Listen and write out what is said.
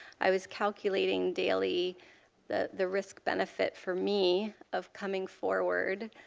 i was calculating daily the the risk benefit for me of coming forward,